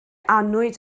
annwyd